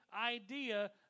idea